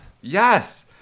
Yes